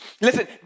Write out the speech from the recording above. Listen